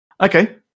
okay